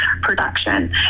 production